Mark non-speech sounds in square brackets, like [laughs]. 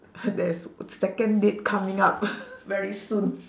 there is second date coming up [laughs] very soon